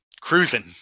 cruising